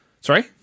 Sorry